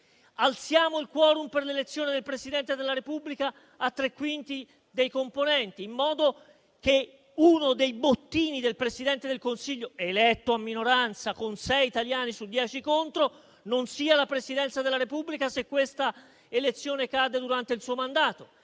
alziamo il *quorum* per l'elezione del Presidente della Repubblica a tre quinti dei componenti, in modo che uno dei bottini del Presidente del Consiglio, eletto a minoranza con sei italiani contrari su dieci, non sia la Presidenza della Repubblica, se questa elezione cade durante il suo mandato;